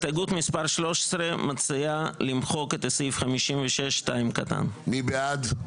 הסתייגות מספר 13. הסתייגות מספר 13 מציעה למחוק את סעיף 56(2). מי בעד?